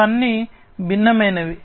ఇవన్నీ భిన్నమైనవి